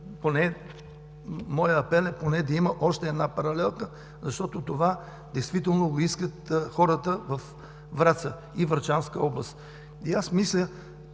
Моят апел е поне да има още една паралелка, защото това действително го искат хората във Враца и Врачанска област. Аз мисля